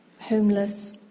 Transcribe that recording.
homeless